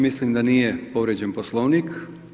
Mislim da nije povrijeđen Poslovnik.